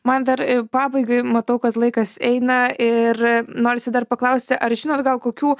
man dar pabaigai matau kad laikas eina ir norisi dar paklausti ar žinot gal kokių